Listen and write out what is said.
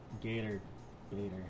gator-gator